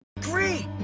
Great